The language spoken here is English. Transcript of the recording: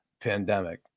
pandemic